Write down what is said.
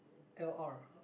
~L_R